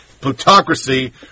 plutocracy